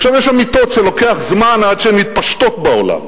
לפעמים יש אמיתות שלוקח זמן עד שהן מתפשטות בעולם.